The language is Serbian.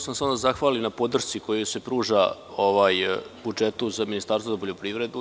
Želeo sam samo da zahvalim na podršci koja se pruža budžetu za Ministarstvo za poljoprivredu.